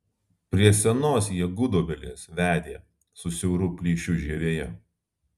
prie senos jie gudobelės vedė su siauru plyšiu žievėje